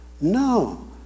no